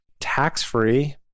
tax-free